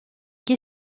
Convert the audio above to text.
qui